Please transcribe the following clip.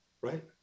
Right